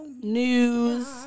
news